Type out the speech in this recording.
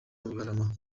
bugarama